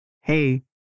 hey